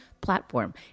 platform